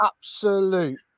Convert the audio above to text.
absolute